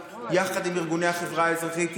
יחד עם ארגוני החברה האזרחית,